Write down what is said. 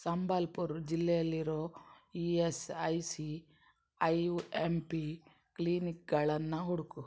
ಸಂಬಾಲ್ಪುರ್ ಜಿಲ್ಲೆಯಲ್ಲಿರೊ E S I C I U M P ಕ್ಲಿನಿಕ್ಗಳನ್ನು ಹುಡುಕು